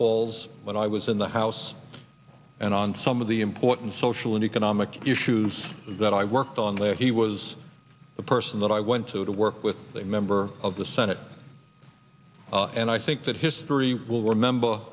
paul's when i was in the house and on some of the important social and economic issues that i worked on there he was the person that i went to to work with a member of the senate and i think that history will remember